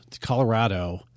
Colorado